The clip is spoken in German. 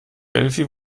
delphi